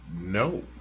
no